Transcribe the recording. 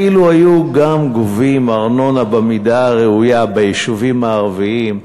אילו היו גם גובים ארנונה במידה הראויה ביישובים הערביים,